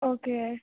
okay